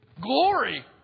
Glory